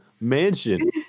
Mansion